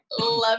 Love